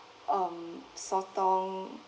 um sotong